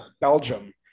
belgium